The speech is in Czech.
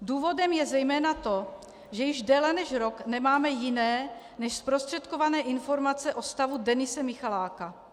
Důvodem je zejména to, že již déle než rok nemáme jiné než zprostředkované informace o stavu Denise Michaláka.